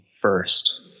first